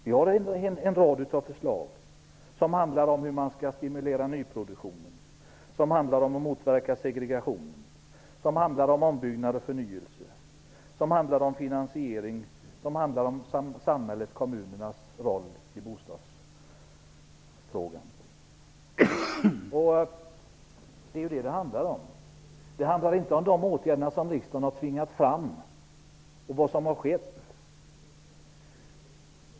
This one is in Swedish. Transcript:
Vi har en rad förslag som handlar om hur vi skall stimulera nyproduktion och motverka segregation. Vi har förslag som handlar om ombyggnad, förnyelse, finansiering och samhällets och kommunernas roll i bostadspolitiken. Det är vad det handlar om. Det handlar inte om de åtgärder som riksdagen har tvingat fram och vad som har skett.